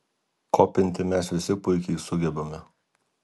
kopinti mes visi puikiai sugebame